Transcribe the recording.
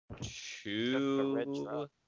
Two